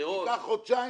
ייקח חודשיים,